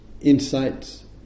insights